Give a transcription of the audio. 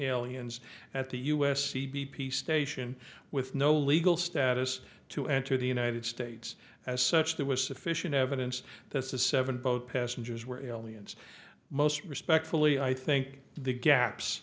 aliens at the us c b p station with no legal status to enter the united states as such there was sufficient evidence that the seven boat passengers were aliens most respectfully i think the gaps